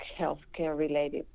healthcare-related